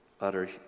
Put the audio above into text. utter